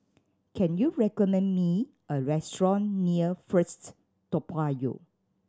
can you recommend me a restaurant near First Toa Payoh